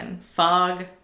Fog